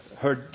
heard